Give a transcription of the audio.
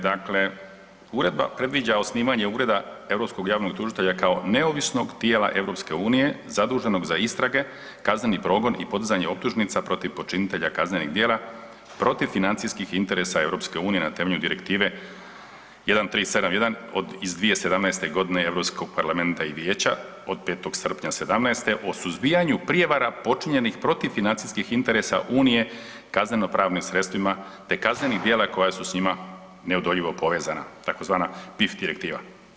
Dakle, uredba predviđa osnivanje Ureda europskog javnog tužitelja kao neovisnog tijela EU-a zaduženog za istrage, kazneni progon i podizanje optužnica protiv počinitelja kaznenih djela protiv financijskih interesa EU-a na temelju Direktive 1371/2017 Europskog parlamenta i Vijeća od 5. srpnja 2017. o suzbijanju prijevara počinjenih protiv financijskih interesa Unije kazneno-pravnim sredstvima te kaznenih djela koja su s njima neodoljivo povezana, tzv. DIF direktiva.